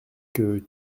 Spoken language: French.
que